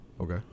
Okay